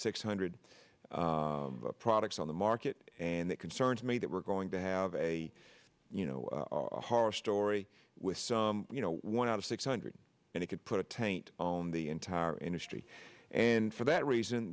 six hundred products on the market and it concerns me that we're going to have a you know a horror story with you know one out of six hundred and it could put a taint own the entire industry and for that reason